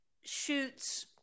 shoots